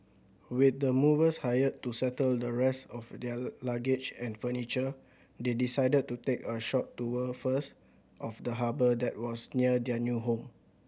with the movers hired to settle the rest of their luggage and furniture they decided to take a short tour first of the harbour that was near their new home